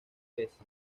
tres